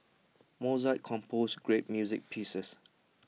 Mozart composed great music pieces